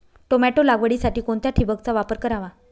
Tomato लागवडीसाठी कोणत्या ठिबकचा वापर करावा?